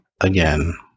again